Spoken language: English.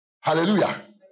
Hallelujah